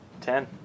Ten